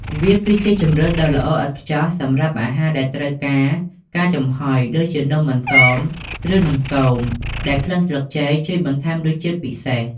វាគឺជាជម្រើសដ៏ល្អឥតខ្ចោះសម្រាប់អាហារដែលត្រូវការ ការចំហុយ ដូចជានំអន្សម ឬនំគម ដែលក្លិនស្លឹកចេកជួយបន្ថែមរសជាតិពិសេស។